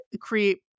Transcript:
create